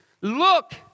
Look